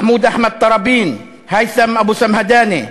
מחמוד אחמד טראבין, הית'ם אבו סמהדאנה,